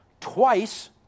Twice